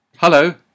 Hello